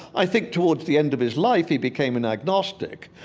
i think towards the end of his life, he became an agnostic.